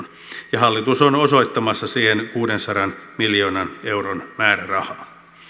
ja hallitus on osoittamassa siihen kuudensadan miljoonan euron määrärahaa